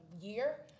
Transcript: year